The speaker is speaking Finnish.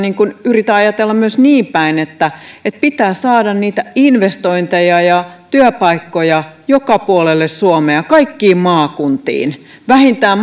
yritä ajatella myös niin päin että että pitää saada niitä investointeja ja työpaikkoja joka puolelle suomea kaikkiin maakuntiin vähintään